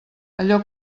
allò